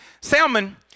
Salmon